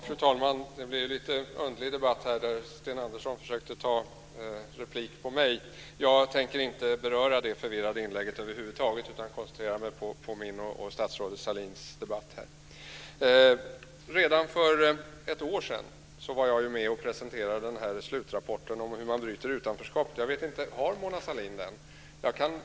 Fru talman! Det blev en lite underlig debatt när Sten Andersson försökte replikera mot mig. Jag tänker över huvud taget inte beröra hans förvirrade inlägg utan koncentrerar mig på min och statsrådet Jag var redan för ett år sedan med om att presentera slutrapporten om hur man bryter utanförskap. Jag vet inte om Mona Sahlin har fått den.